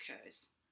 occurs